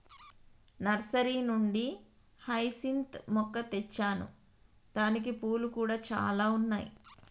nursery నుండి hyacinth మొక్క తెచ్చాను దానికి పూలు కూడా చాల ఉన్నాయి